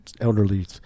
elderly